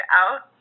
out